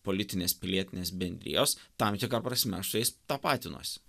politinės pilietinės bendrijos tam tikra prasme aš su jais tapatinuosi